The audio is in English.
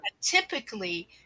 typically